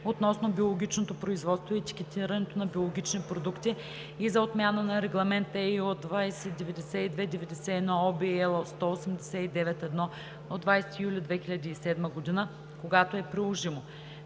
относно биологичното производство и етикетирането на биологични продукти и за отмяна на Регламент (ЕИО) № 2092/91 (OB, L 189/1 от 20 юли 2007 г.) – когато е приложимо;